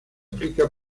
aplica